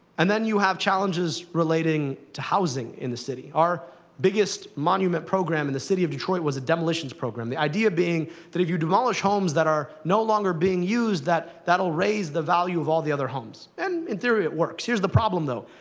and then you have challenges relating to housing in the city. our biggest monument program in the city of detroit was a demolitions program, the idea being that if you demolish homes that are no longer being used, that that will raise the value of all the other homes. and, in theory, it works. here's the problem, though.